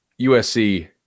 USC